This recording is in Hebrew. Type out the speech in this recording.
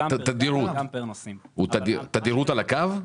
בתדירות של הקו?